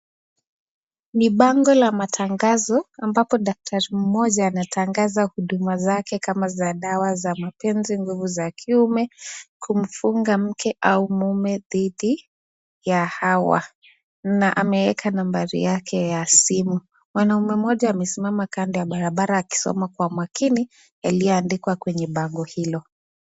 Ni bango la matangazo ambako daktari mmoja anatangaza huduma zake kama za dawa za mapenzi, nguvu za kiume, kumfunga mke au mume dhidi ya hawa na ameeka nambari yake ya simu. Mwanaume mmoja amesimama kando ya barabara akisoma kwa makini yaliyoandikwa kwenye bango hilo.